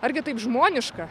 argi taip žmoniška